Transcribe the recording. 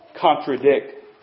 contradict